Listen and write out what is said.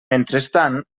mentrestant